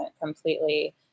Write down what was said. completely